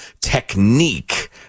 technique